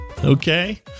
okay